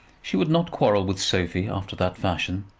she would not quarrel with sophie after that fashion.